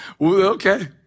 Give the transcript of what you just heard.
Okay